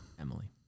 Emily